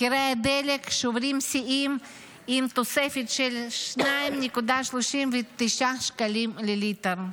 מחירי הדלק שוברים שיאים עם תוספת של 2.39 שקלים לליטר.